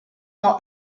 not